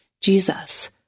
Jesus